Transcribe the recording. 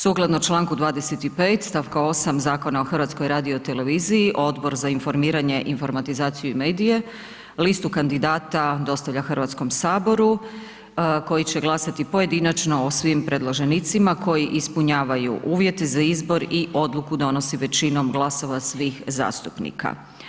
Sukladno članku 25. stavka 8. Zakona o HRT-u Odbor za informiranje, informatizaciju i medije listu kandidata dostavlja Hrvatskom saboru koji će glasati pojedinačno o svim predloženicima koji ispunjavaju uvjete za izbor i odluku donosi većinom glasova svih zastupnika.